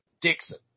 Dixon